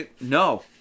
No